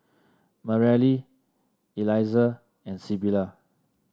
Mareli Eliza and Sybilla